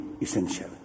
essential